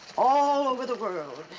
all over the world.